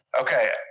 Okay